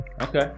okay